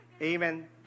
Amen